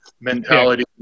mentality